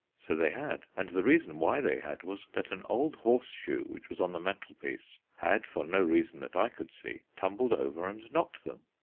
so they had and the reason why they had was that an old horseshoe which was on the mantelpiece had, for no reason that i could see, tumbled over and knocked them.